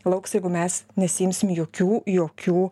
lauks jeigu mes nesiimsim jokių jokių